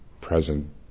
present